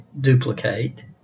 duplicate